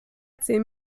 zehn